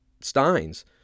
Steins